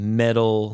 metal